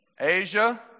Asia